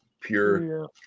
pure